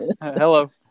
Hello